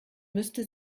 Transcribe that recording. müsste